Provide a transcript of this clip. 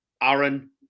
Aaron